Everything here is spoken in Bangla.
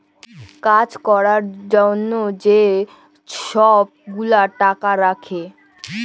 কাজ ক্যরার জ্যনহে যে ছব গুলা টাকা রাখ্যে